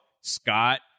Scott